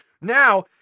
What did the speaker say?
Now